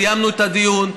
סיימנו את הדיון,